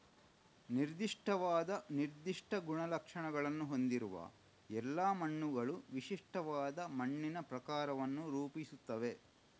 ನಿರ್ದಿಷ್ಟವಾದ ನಿರ್ದಿಷ್ಟ ಗುಣಲಕ್ಷಣಗಳನ್ನು ಹೊಂದಿರುವ ಎಲ್ಲಾ ಮಣ್ಣುಗಳು ವಿಶಿಷ್ಟವಾದ ಮಣ್ಣಿನ ಪ್ರಕಾರವನ್ನು ರೂಪಿಸುತ್ತವೆ